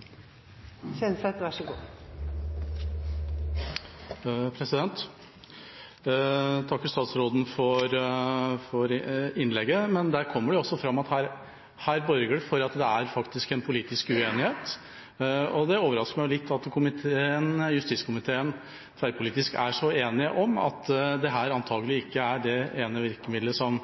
Jeg takker statsråden for innlegget, men i det kom det også fram at det her borger for at det faktisk er en politisk uenighet. Og det overrasker meg litt at justiskomiteen tverrpolitisk er så enig om at dette antagelig ikke er det ene virkemidlet som